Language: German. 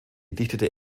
dichtete